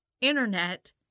internet